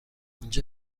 اینجا